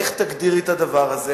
איך תגדירי את הדבר הזה.